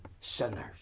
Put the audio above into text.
sinners